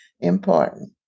important